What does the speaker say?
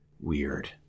Weird